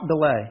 delay